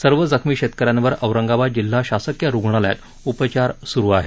सर्व जखमी शेतकऱ्यांवर औरंगाबाद जिल्हा शासकीय रुग्णालयात उपचार सूरू आहेत